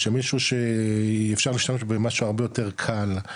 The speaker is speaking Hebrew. שמישהו שאפשר להשתמש במשהו הרבה יותר קל,